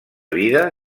vida